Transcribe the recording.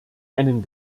einen